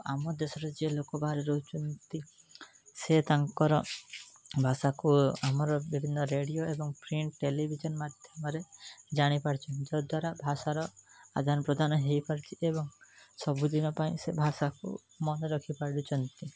ଆମ ଦେଶର ଯେଉଁ ଲୋକ ବାହାରେ ରହୁଛନ୍ତି ସେ ତାଙ୍କର ଭାଷାକୁ ଆମର ବିଭିନ୍ନ ରେଡ଼ିଓ ଏବଂ ଟେଲିଭିଜନ୍ ମାଧ୍ୟମରେ ଜାଣି ପାରୁଛନ୍ତି ଯଦ୍ଵାରା ଭାଷାର ଆଦାନ ପ୍ରଦାନ ହୋଇପାରୁଛି ଏବଂ ସବୁଦିନ ପାଇଁ ସେ ଭାଷାକୁ ମନେରଖି ପାରୁଛନ୍ତି